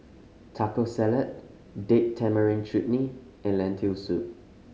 Taco Salad Date Tamarind Chutney and Lentil Soup